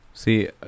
See